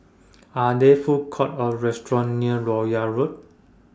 Are There Food Courts Or restaurants near Royal Road